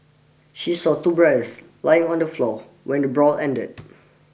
she saw two brothers lying on the floor when the brawl ended